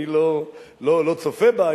אני לא צופה בה.